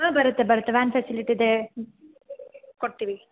ಹಾಂ ಬರುತ್ತೆ ಬರುತ್ತೆ ವ್ಯಾನ್ ಫೆಸಿಲಿಟ್ ಇದೆ ಕೊಡ್ತೀವಿ